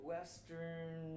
Western